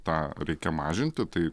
tą reikia mažinti tai